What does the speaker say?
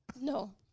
No